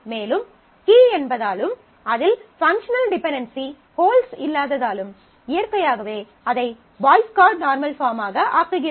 மேலும் கீ என்பதாலும் அதில் பங்க்ஷனல் டிபென்டென்சி ஹோல்ட்ஸ் இல்லாததாலும் இயற்கையாகவே அதை பாய்ஸ் கோட் நார்மல் பாஃர்ம்மாக ஆக்குகிறது